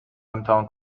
امتحان